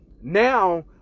Now